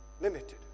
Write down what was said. Limited